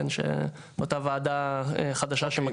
שאותה ועדה חדשה שמקימים.